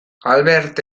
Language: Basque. albert